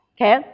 Okay